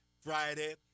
Friday